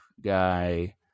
guy